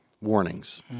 warnings